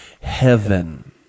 heaven